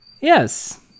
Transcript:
Yes